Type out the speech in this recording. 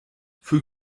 für